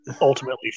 ultimately